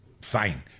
fine